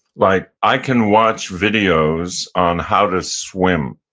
like i can watch videos on how to swim.